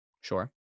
Sure